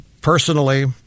Personally